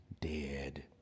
dead